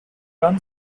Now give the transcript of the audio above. run